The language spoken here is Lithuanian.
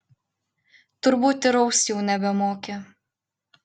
turbūt ir aust jau nebemoki